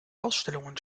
ausstellungen